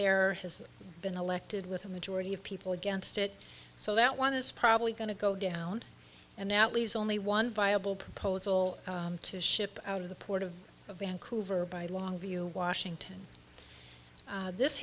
there has been elected with a majority of people against it so that one is probably going to go down and that leaves only one viable proposal to ship out of the port of vancouver by longview washington this